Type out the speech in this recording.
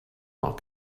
not